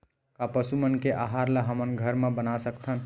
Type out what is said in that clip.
का पशु मन के आहार ला हमन घर मा बना सकथन?